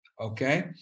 Okay